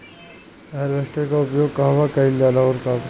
Harvester का उपयोग कहवा कइल जाला और कब?